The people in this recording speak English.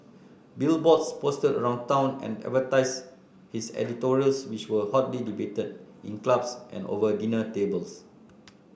billboards posted around town advertised his editorials which were hotly debated in clubs and over dinner tables